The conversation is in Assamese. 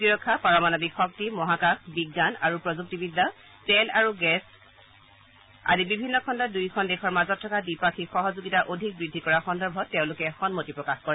প্ৰতিৰক্ষা পাৰমাণৱিক শক্তি মহাকাশ বিজ্ঞান আৰু প্ৰযুক্তিবিদ্যা তেল আৰু গেছ আন্তঃগাথনি কৃষি আদি বিভিন্ন খণ্ডত দুয়োদেশৰ মাজত থকা দ্বিপাক্ষিক সহযোগিতা অধিক বৃদ্ধি কৰাৰ সন্দৰ্ভত তেওঁলোকে সন্মতি প্ৰকাশ কৰে